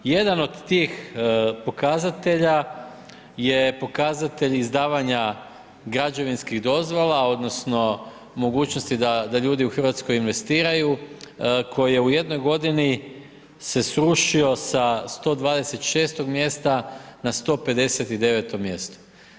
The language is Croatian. Jedan od tih pokazatelja je pokazatelj izdavanja građevinskih dozvola, odnosno, mogućnosti da ljudi u Hrvatskoj investiraju, koji u jednoj godini se srušio sa 126 mjesta na 159 mjesto.